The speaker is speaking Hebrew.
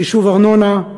חישוב ארנונה,